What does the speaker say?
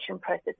process